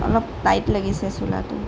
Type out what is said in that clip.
অলপ টাইট লাগিছে চোলাটো